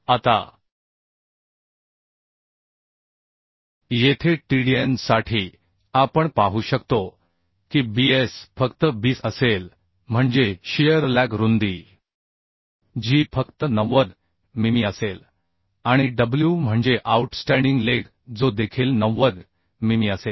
आता येथे Tdn साठी आपण पाहू शकतो की Bs फक्त Bs असेल म्हणजे शियर लॅग रुंदी जी फक्त 90 मिमी असेल आणि डब्ल्यू म्हणजे आऊटस्टँडिंग लेग जो देखील 90 मिमी असेल